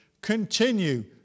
continue